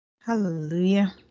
Hallelujah